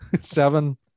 seven